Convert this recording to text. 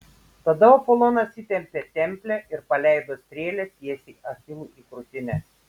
tada apolonas įtempė templę ir paleido strėlę tiesiai achilui į krūtinę